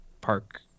park